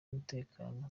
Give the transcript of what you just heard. umutekano